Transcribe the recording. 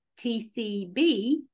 tcb